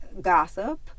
gossip